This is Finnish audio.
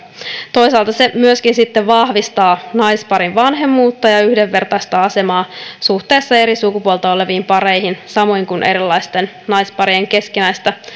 toisaalta se sitten myöskin vahvistaa naisparin vanhemmuutta ja ja yhdenvertaista asemaa suhteessa eri sukupuolta oleviin pareihin samoin kuin erilaisten naisparien keskinäistä